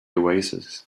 oasis